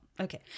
Okay